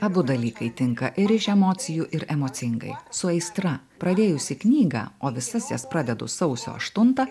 abu dalykai tinka ir iš emocijų ir emocingai su aistra pradėjusi knygą o visas jas pradedu sausio aštuntą